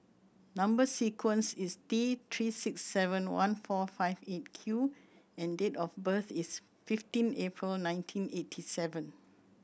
number sequence is T Three six seven one four five Eight Q and date of birth is fifteen April nineteen eighty seven